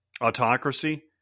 autocracy